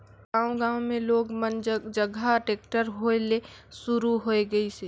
गांव गांव मे लोग मन जघा टेक्टर होय ले सुरू होये गइसे